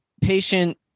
patient